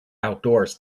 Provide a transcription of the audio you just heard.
outdoors